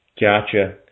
Gotcha